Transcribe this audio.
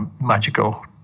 magical